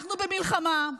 אנחנו במלחמה.